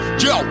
yo